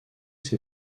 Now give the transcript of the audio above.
ses